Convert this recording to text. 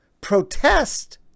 protest